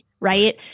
Right